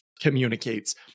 communicates